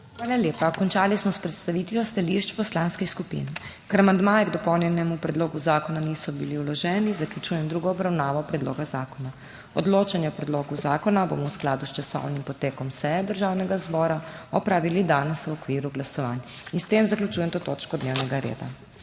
Hvala lepa. Končali smo s predstavitvijo stališč poslanskih skupin. Ker amandmaji k dopolnjenemu predlogu zakona niso bili vloženi, zaključujem drugo obravnavo predloga zakona. Odločanje o predlogu zakona bomo v skladu s časovnim potekom seje Državnega zbora opravili danes v okviru glasovanj. S tem zaključujem to točko dnevnega reda.